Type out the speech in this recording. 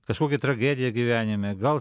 kažkokia tragedija gyvenime gal